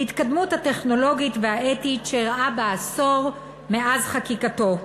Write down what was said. להתקדמות הטכנולוגית והאתית שאירעה בעשור מאז חקיקתו.